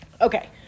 Okay